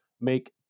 make